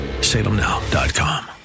salemnow.com